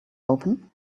open